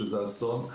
שזה אסון.